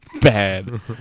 Bad